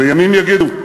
וימים יגידו.